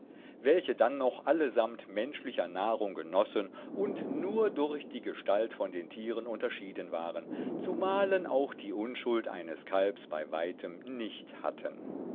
welche dannoch allesamt menschlicher nahrung genossen und nur durch die gestalt von den tieren unterschieden waren zumalen auch die unschuld eines kalbs bei weitem nicht hatten